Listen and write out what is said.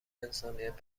انسانیت